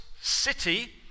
city